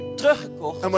teruggekocht